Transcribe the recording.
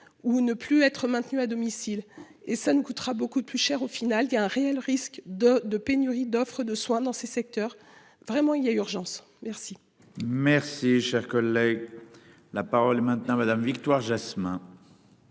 ou ne plus être maintenues à domicile, et ça nous coûtera beaucoup plus cher au final qu'il y a un réel risque de pénurie d'offre de soins dans ces secteurs vraiment il y a urgence. Merci. Merci cher collègue. La parole est maintenant Madame Victoire Jasmin.